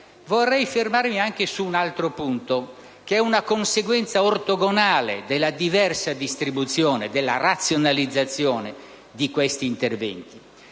Vorrei fermarmi anche su un altro punto, che è una conseguenza ortogonale della diversa distribuzione, della razionalizzazione di questi interventi,